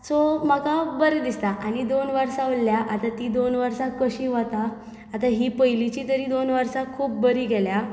so म्हाका बरें दिसता आनी दोन वर्सां उरल्ल्यांत आता तीं दोन वर्सां कशीं वता आतां हीं पयलींचीं तरी दोन वर्सां खूब बरीं गेल्या